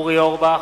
אורי אורבך,